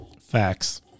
Facts